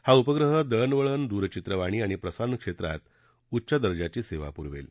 हा उपग्रह दळणवळण दूरचित्रवाणी आणि प्रसारण क्षेत्रात उच्च दर्जाची सेवा पुरवेल